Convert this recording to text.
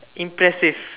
impressive